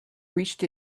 reached